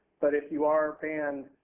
but if you are banned,